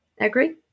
Agree